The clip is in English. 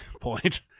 point